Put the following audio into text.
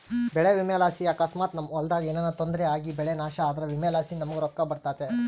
ಬೆಳೆ ವಿಮೆಲಾಸಿ ಅಕಸ್ಮಾತ್ ನಮ್ ಹೊಲದಾಗ ಏನನ ತೊಂದ್ರೆ ಆಗಿಬೆಳೆ ನಾಶ ಆದ್ರ ವಿಮೆಲಾಸಿ ನಮುಗ್ ರೊಕ್ಕ ಬರ್ತತೆ